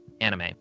anime